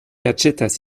aĉetas